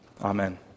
Amen